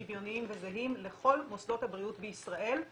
שוויוניים וזהים לכל מוסדות הבריאות בישראל.